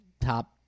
top